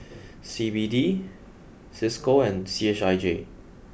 C B D Cisco and C H I J